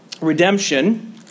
Redemption